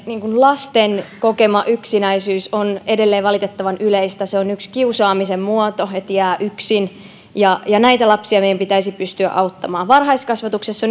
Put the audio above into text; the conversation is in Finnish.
lasten kokema yksinäisyys on edelleen valitettavan yleistä se on yksi kiusaamisen muoto että jää yksin näitä lapsia meidän pitäisi pystyä auttamaan varhaiskasvatuksessa